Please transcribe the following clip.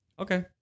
Okay